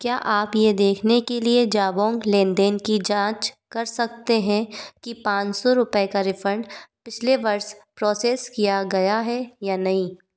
क्या आप यह देखने के लिए जबौंग लेन देन की जाँच कर सकते हैं कि पाँच सौ रुपये का रिफ़ंड पिछले वर्ष प्रोसेस किया गया है या नहीं